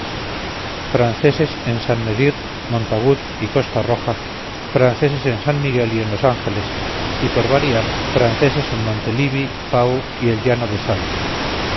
franceses en san medir montagut y costa roja franceses en san miguel y en los ángeles y por variar franceses en montelibi pau y el llano de salt